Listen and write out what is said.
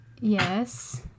Yes